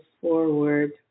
forward